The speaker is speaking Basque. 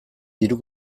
diru